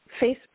Facebook